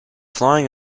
flying